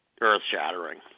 earth-shattering